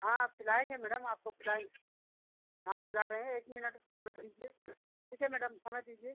हाँ पिलाएंगे मैडम आपको पिलाएंगे हाँ पिला रहे हैं एक मिनट का समय दीजिए ठीक है मैडम समय दीजिए